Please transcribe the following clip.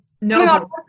no